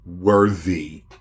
Worthy